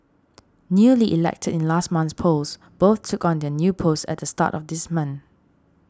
newly elected in last month's polls both took on their new posts at the start of this month